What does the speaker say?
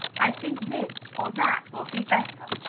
i think this or that will be better.